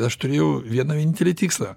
aš turėjau vieną vienintelį tikslą